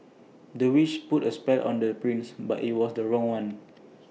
the witch put A spell on the prince but IT was the wrong one